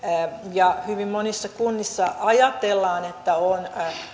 ja hyvin monissa kunnissa ajatellaan että on